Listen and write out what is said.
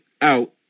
out